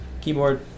Keyboard